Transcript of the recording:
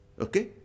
okay